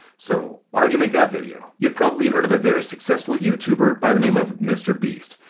so why would you make that video? you've probably heard of a very successful youtuber by the name of mr. beast.